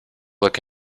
look